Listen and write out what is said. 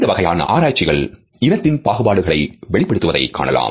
இந்த வகையான ஆராய்ச்சிகள் இனத்தின்பாகுபாடுகளை வெளிப்படுத்துவதை காணலாம்